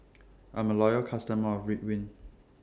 I'm A Loyal customer of Ridwind